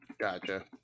Gotcha